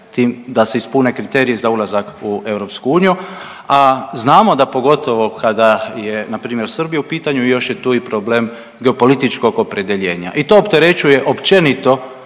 da se ispune kriteriji za ulazak u EU, a znamo da pogotovo kada je na primjer Srbija u pitanju još je tu i problem geopolitičkog opredjeljenja i to opterećuje općenito